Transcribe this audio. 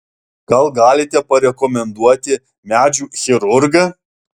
gal galite parekomenduoti medžių chirurgą